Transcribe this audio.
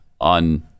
on